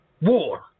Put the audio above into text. war